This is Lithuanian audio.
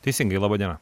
teisingai laba diena